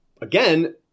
again